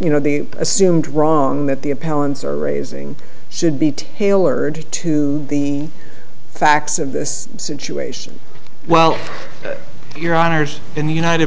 you know the assumed wrong that the appellant's are raising should be tailored to the facts of this situation well your honour's in the united